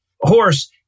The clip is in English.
horse